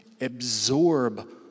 absorb